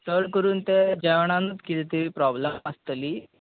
चड करून ते जेवणांनूत कितें तरी प्रॉबल्म आसतली